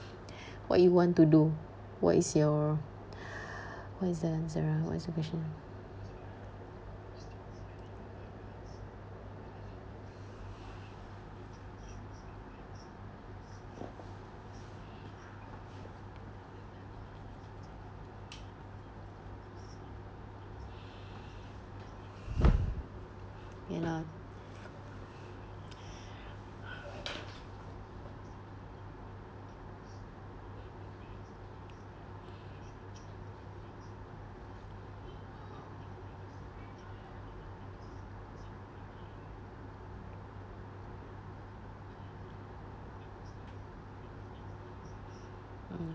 what you want to do what is your what is the answer ah what is the question ya lah mm